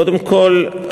קודם כול,